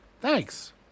thanks